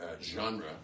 genre